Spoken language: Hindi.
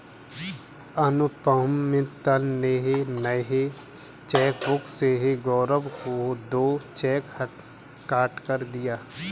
अनुपम मित्तल ने नए चेकबुक से गौरव को दो चेक काटकर दिया